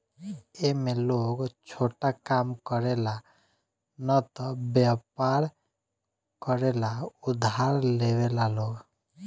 ए में लोग छोटा काम करे ला न त वयपर करे ला उधार लेवेला लोग